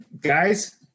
Guys